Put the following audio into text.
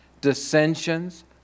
dissensions